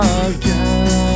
again